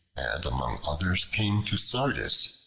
and among others came to sardis,